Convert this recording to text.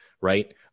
Right